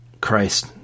Christ